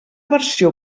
versió